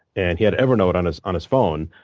and he had evernote on his on his phone.